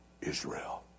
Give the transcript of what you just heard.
Israel